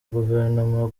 guverinoma